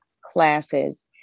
classes